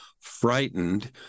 frightened